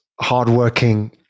hardworking